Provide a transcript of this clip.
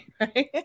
right